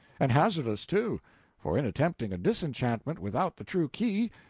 and hazardous, too for in attempting a disenchantment without the true key,